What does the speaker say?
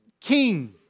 king